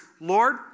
Lord